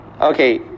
okay